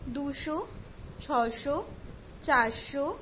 দুশো ছয়শো চারশো